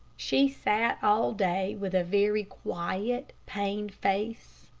she sat all day with a very quiet, pained face.